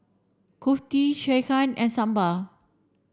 Kulfi Sekihan and Sambar